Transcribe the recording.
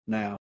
now